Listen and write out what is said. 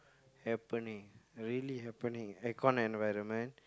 happening really happening aircon environment